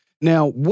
Now